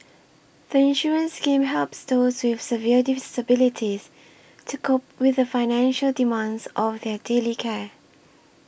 the insurance scheme helps those with severe disabilities to cope with the financial demands of their daily care